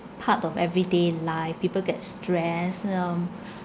part of everyday life people get stressed and um